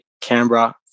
Canberra